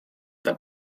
dal